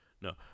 No